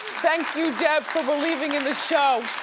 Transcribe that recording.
thank you, deb, for believing in this show.